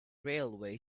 railway